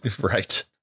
right